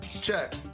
check